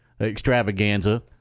extravaganza